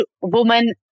woman